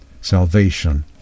Salvation